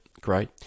Great